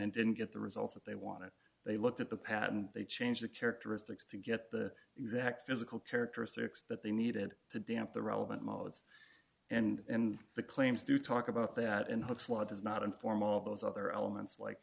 and didn't get the results that they wanted they looked at the patent they changed the characteristics to get the exact physical characteristics that they needed to damp the relevant modes and the claims to talk about that in the books law does not inform all those other elements like